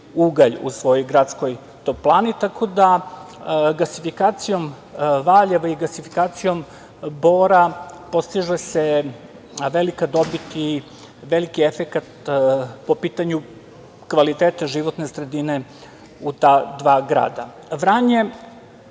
ugalj u svojoj gradskoj toplani, tako da gasifikacijom Valjeva i gasifikacijom Bora postiže se velika dobit i veliki efekat po pitanju kvaliteta životne sredine u ta dva grada. Vranje,